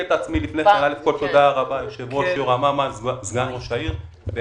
סגן ראש העיר קריית שמונה.